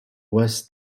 was